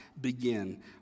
begin